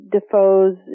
Defoe's